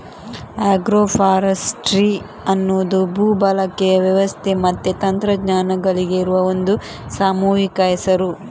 agro forestry ಅನ್ನುದು ಭೂ ಬಳಕೆಯ ವ್ಯವಸ್ಥೆ ಮತ್ತೆ ತಂತ್ರಜ್ಞಾನಗಳಿಗೆ ಇರುವ ಒಂದು ಸಾಮೂಹಿಕ ಹೆಸರು